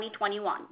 2021